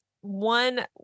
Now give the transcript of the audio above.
one